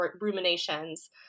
ruminations